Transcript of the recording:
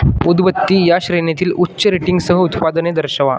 उदबत्ती या श्रेणीतील उच्च रेटिंगसह उत्पादने दर्शवा